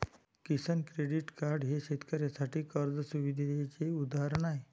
किसान credit card हे शेतकऱ्यांसाठी कर्ज सुविधेचे उदाहरण आहे